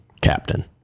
Captain